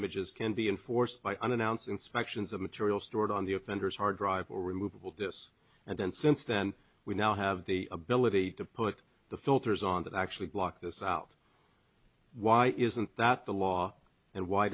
images can be enforced by unannounced inspections of material stored on the offender's hard drive or removable dis and then since then we now have the ability to put the filters on that actually block this out why isn't that the law and why